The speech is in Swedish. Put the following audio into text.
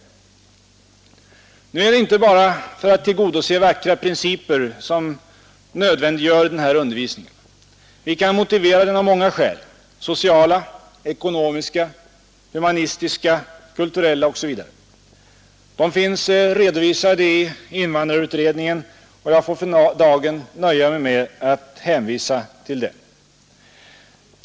Tisdagen den Det är nu inte bara för att tillgodose vackra principer som denna 5 december 1972 undervisning nödvändiggöres. Vi kan motivera den av många skäl: sociala, ekonomiska, humanistiska, kulturella osv. De finns redovisade i invandrarutredningen, och jag får för dagen nöja mig med att hänvisa till denna.